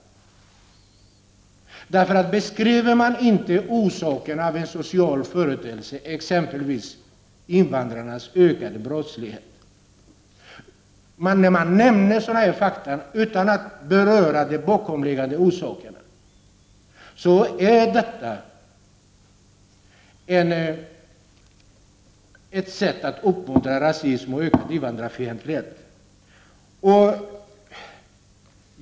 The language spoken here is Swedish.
Alltför ofta beskriver man inte orsakerna till sociala företeelser, exempelvis invandrares ökade brottslighet. När man nämner sådana fakta utan att beröra de bakomliggande orsakerna blir det ett sätt att uppmuntra rasism och ökad invandrarfientlighet.